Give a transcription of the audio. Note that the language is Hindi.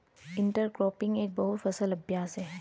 इंटरक्रॉपिंग एक बहु फसल अभ्यास है